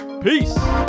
Peace